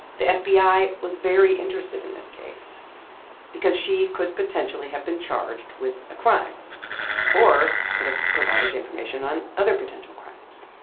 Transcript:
the fbi was very interested in this case because she could potentially have been charged with a crime or could have provided information on other potential crimes.